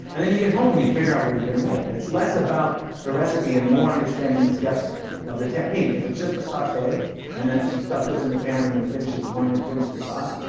and then you get home and you figure out what you're gonna make. it's less about the recipe and more understanding the steps of the technique. if it's just a saute and then some stuff goes in the pan and then you finish it with wine and finish the sauce,